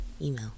Email